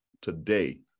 today